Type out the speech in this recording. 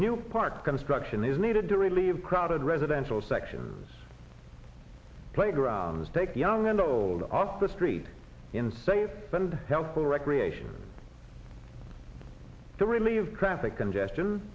new park construction is needed to relieve crowded residential sections playgrounds take young and old off the street in safe and helpful recreation to relieve traffic congestion